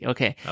Okay